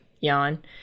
yawn